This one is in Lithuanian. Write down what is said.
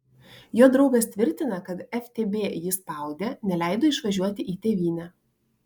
jo draugas tvirtina kad ftb jį spaudė neleido išvažiuoti į tėvynę